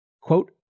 quote